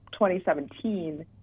2017